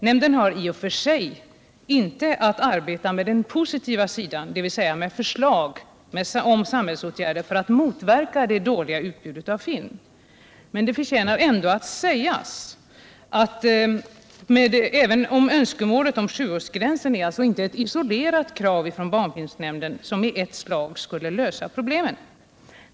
Nämnden har i och för sig inte att arbeta med den positiva sidan, dvs. med förslag om samhällsåtgärder för att motverka det dåliga utbudet av film. Men det förtjänar ändå att sägas att önskemålet om sjuårsgränsen inte är ett isolerat krav från barnfilmnämnden, vilket i ett slag skulle lösa problemet.